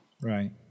Right